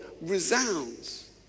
resounds